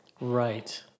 right